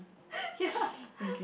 ya